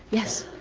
yes?